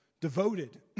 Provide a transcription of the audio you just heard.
Devoted